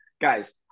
guys